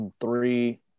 three